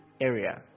area